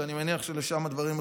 אני מניח שלשם הדברים מכוונים.